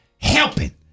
Helping